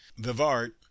Vivart